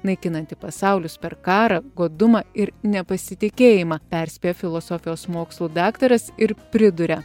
naikinanti pasaulius per karą godumą ir nepasitikėjimą perspėja filosofijos mokslų daktaras ir priduria